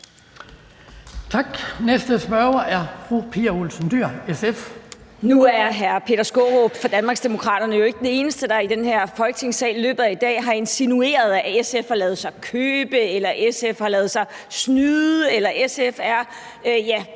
Nu er hr. Peter Skaarup fra Danmarksdemokraterne jo ikke den eneste, der i den her Folketingssal i løbet af i dag har insinueret, at SF har ladet sig købe, eller at SF har ladet sig snyde, eller at SF